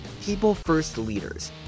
PeopleFirstLeaders